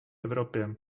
evropě